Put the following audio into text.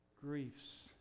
griefs